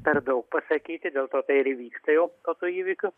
per daug pasakyti dėl to tai ir vyksta jau po tų įvykių